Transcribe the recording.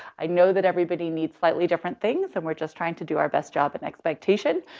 i know that everybody needs slightly different things, and we're just trying to do our best job and expectation.